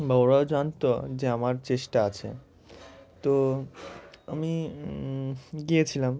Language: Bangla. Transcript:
বা ওরাও জানতো যে আমার চেষ্টা আছে তো আমি গিয়েছিলাম